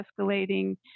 escalating